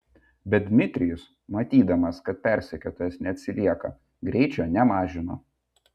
bet dmitrijus matydamas kad persekiotojas neatsilieka greičio nemažino